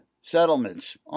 settlements